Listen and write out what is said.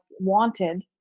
wanted